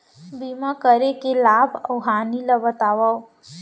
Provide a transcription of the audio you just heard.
बीमा करे के लाभ अऊ हानि ला बतावव